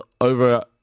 over